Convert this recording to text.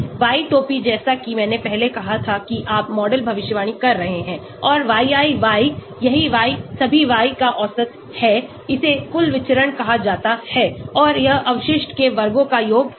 y टोपी जैसा कि मैंने पहले कहा था कि आप मॉडल भविष्यवाणी कर रहे हैं और yi y यही y सभी y का औसत है इसे कुल विचरण कहा जाता है और यह अवशिष्ट के वर्गों का योग है